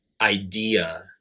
idea